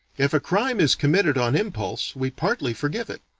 if a crime is committed on impulse, we partly forgive it.